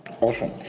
Awesome